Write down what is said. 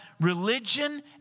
religion